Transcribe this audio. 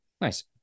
Nice